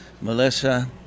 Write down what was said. melissa